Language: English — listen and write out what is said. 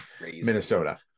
minnesota